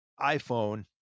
iPhone